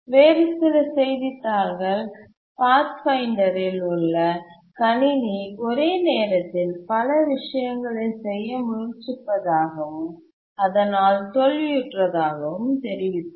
வேறு சில செய்தித்தாள்கள் பாத்ஃபைண்டரில் உள்ள கணினி ஒரே நேரத்தில் பல விஷயங்களைச் செய்ய முயற்சிப்பதாகவும் அதனால் தோல்வியுற்றதாகவும் தெரிவித்தன